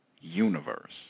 universe